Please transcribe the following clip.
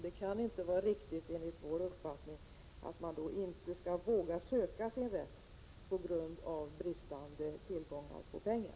Det kan enligt vår uppfattning inte vara riktigt att man inte skall våga söka sin rätt på grund av brist på pengar.